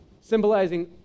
symbolizing